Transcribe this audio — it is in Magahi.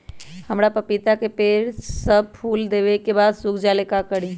हमरा पतिता के पेड़ सब फुल देबे के बाद सुख जाले का करी?